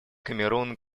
камерун